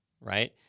right